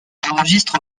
enregistre